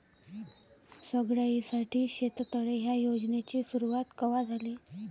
सगळ्याइसाठी शेततळे ह्या योजनेची सुरुवात कवा झाली?